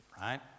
right